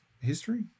history